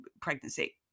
pregnancy